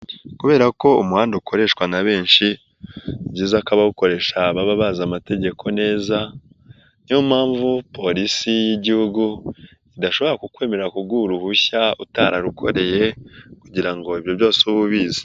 Kubera ko umuhanda ukoreshwa na benshi ni byiza ko abawukoresha baba bazi amategeko neza niyo mpamvu polisi y'igihugu idashobora kukwemera kuguha uruhushya utararukoreye kugira ngo ibyo byose ube ubizi.